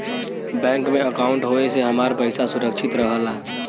bank में अंकाउट होये से हमार पइसा सुरक्षित रहला